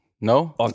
no